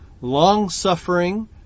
long-suffering